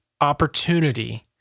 opportunity